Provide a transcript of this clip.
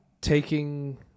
taking